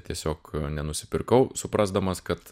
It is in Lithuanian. tiesiog nenusipirkau suprasdamas kad